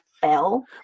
fell